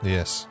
Yes